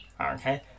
Okay